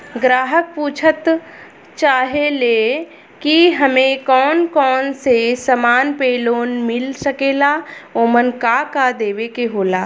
ग्राहक पुछत चाहे ले की हमे कौन कोन से समान पे लोन मील सकेला ओमन का का देवे के होला?